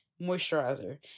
moisturizer